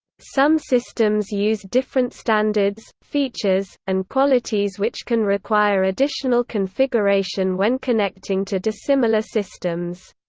some systems use different standards, features, and qualities which can require additional configuration when connecting to dissimilar systems.